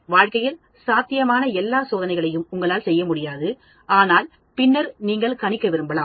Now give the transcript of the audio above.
வாழ்க்கையில் சாத்தியமான எல்லா சோதனைகளையும் உங்களால் செய்ய முடியாது ஆனால் பின்னர் நீங்கள்கணிக்க விரும்பலாம்